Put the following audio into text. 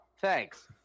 Thanks